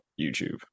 YouTube